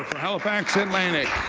halifax atlantic.